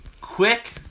quick